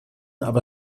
aber